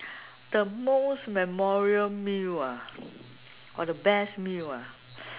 the most memorable meal ah or the best meal ah